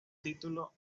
título